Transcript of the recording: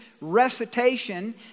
recitation